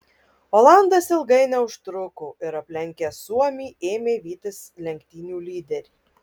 olandas ilgai neužtruko ir aplenkęs suomį ėmė vytis lenktynių lyderį